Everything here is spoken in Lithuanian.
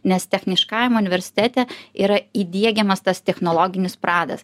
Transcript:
nes techniškajam universtete yra įdiegiamas tas technologinis pradas